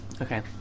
Okay